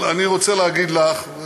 אבל אני רוצה להגיד לך,